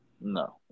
No